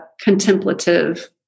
contemplative